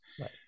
Right